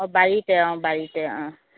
বাৰীতে অঁ বাৰীতে